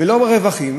ולא ברווחים,